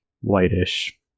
whitish